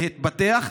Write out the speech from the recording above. להתפתח,